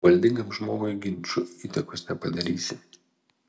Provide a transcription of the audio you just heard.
valdingam žmogui ginču įtakos nepadarysi